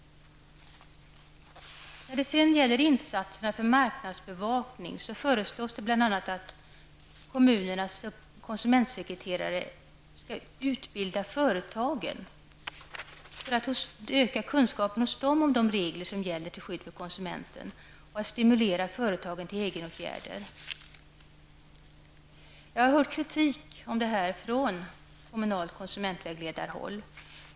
När det gäller insatserna för marknadsbevakning föreslås bl.a. att kommunernas konsumentsekreterare också skall utbilda företagen för att öka deras kunskap om de regler som gäller till skydd för konsumenten samt stimulera företagen till egenåtgärder. Jag har hört kritik mot detta förslag från kommunalt konsumentvägledarhåll.